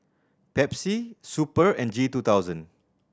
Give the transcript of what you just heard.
Pepsi Super and G two thousand